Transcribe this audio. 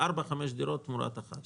ארבע-חמש דירות תמורת דירה אחת שנקנית בשוק.